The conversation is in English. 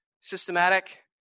systematic